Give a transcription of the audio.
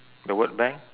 the word bank